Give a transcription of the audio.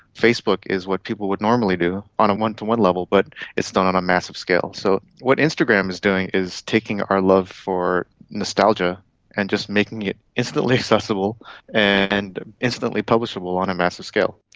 facebook is what people would normally do on a one-to-one level but it's done on a massive scale. so what instagram is doing is taking our love for nostalgia and just making it instantly accessible and instantly publishable on a massive scale.